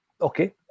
Okay